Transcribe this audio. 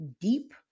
deep